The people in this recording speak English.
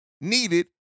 needed